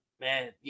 man